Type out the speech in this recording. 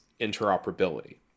interoperability